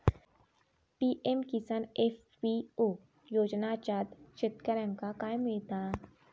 PM Kisan FPO योजनाच्यात शेतकऱ्यांका काय मिळता?